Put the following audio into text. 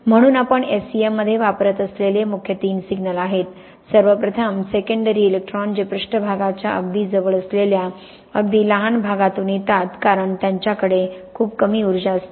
म्हणूनआपण S E M मध्ये वापरत असलेले मुख्य तीन सिग्नल आहेत सर्व प्रथम सेकंडरी इलेक्ट्रॉन जे पृष्ठभागाच्या अगदी जवळ असलेल्या अगदी लहान भागातून येतात कारण त्यांच्याकडे खूप कमी ऊर्जा असते